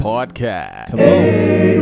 Podcast